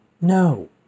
No